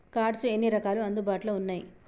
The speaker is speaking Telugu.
కార్డ్స్ ఎన్ని రకాలు అందుబాటులో ఉన్నయి?